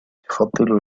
تفضل